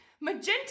Magenta